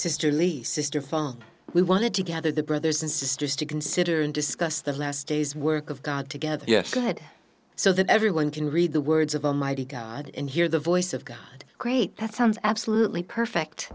sister lisa's define we wanted together the brothers and sisters to consider and discuss the last day's work of god together yes go ahead so that everyone can read the words of almighty god and hear the voice of god create that sounds absolutely perfect